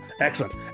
Excellent